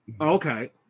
Okay